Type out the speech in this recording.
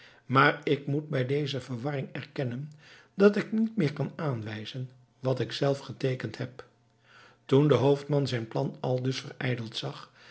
maar ik moet bij deze verwarring erkennen dat ik niet meer kan aanwijzen wat ik zelf geteekend heb toen de hoofdman zijn plan aldus verijdeld zag